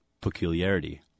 Peculiarity